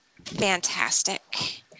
fantastic